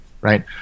right